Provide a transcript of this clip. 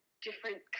different